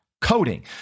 coding